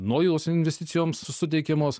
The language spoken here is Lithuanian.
nojaus investicijoms suteikiamos